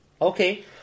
Okay